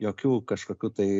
jokių kažkokių tai